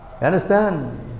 understand